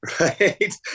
right